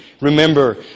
Remember